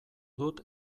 dut